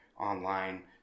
online